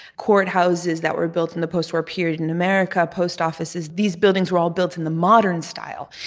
courthouses that were built in the postwar period in america, post offices, these buildings were all built in the modern style,